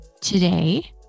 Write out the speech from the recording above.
today